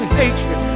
hatred